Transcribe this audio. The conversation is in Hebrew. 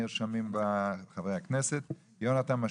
--- יונתן מישרקי.